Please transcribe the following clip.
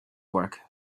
work